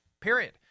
period